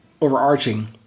overarching